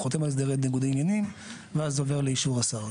הוא חותם על הסדרי ניגודי עניינים ואז זה עובר לאישור השר,